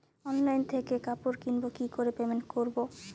Online থেকে কাপড় কিনবো কি করে পেমেন্ট করবো?